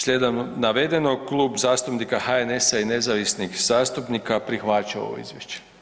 Slijedom navedenom Klub zastupnika HNS-a i nezavisnih zastupnika prihvaća ovo izvješće.